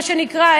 מה שנקרא,